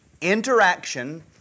interaction